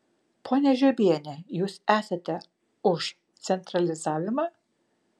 ponia žiobiene jūs esate už centralizavimą